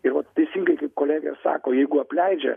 tai vat teisingai kaip kolegė sako jeigu apleidžia